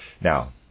Now